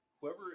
whoever